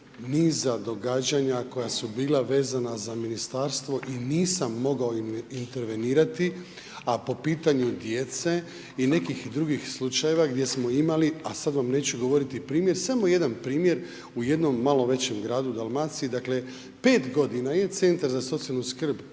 niza događanja koja su bila vezana za ministarstvo i nisam mogao intervenirati, a po pitanju djece i nekih drugih slučajeva gdje smo imali, a sad vam neću govoriti primjer, samo jedan primjer u jednom malo većem gradu u Dalmaciji, dakle 5 godina je centar za socijalnu skrb